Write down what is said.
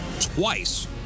twice